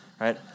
right